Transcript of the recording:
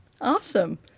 Awesome